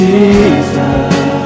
Jesus